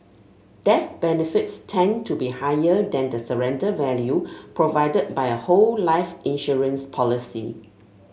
death benefits tend to be higher than the surrender value provided by a whole life insurance policy